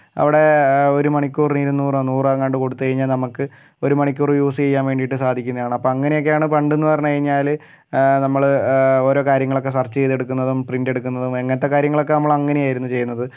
അവിടെ ഒരു മണിക്കൂറിന് ഇരുന്നൂറോ നൂറോ എങ്ങാണ്ട് കൊടുത്ത് കഴിഞ്ഞാൽ നമുക്ക് ഒരു മണിക്കൂറ് യൂസ് ചെയ്യാൻ വേണ്ടീട്ട് സാധിക്കുന്നതാണ് അപ്പം അങ്ങനെയൊക്കെയാണ് പണ്ട് എന്ന് പറഞ്ഞ് കഴിഞ്ഞാല് നമ്മള് ഓരോ കാര്യങ്ങളൊക്കെ സെർച്ച് ചെയ്തെടുക്കുന്നതും പ്രിന്റ് എടുക്കുന്നതും അങ്ങനത്തെ കാര്യങ്ങളൊക്കെ നമ്മള് അങ്ങനെയായിരുന്നു ചെയ്യണത്